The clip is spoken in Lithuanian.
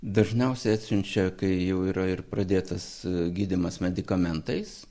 dažniausiai atsiunčia kai jau yra ir pradėtas gydymas medikamentais